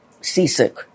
seasick